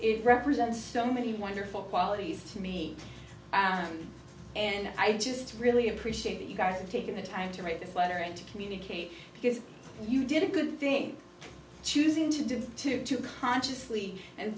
it represents so many wonderful qualities to me and i just really appreciate you guys taking the time to write this letter and to communicate because you did a good thing choosing to do to do consciously and